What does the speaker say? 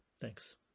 Thanks